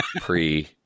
pre